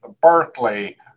Berkeley